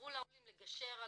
יעזרו לעולים לגשר,